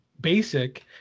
basic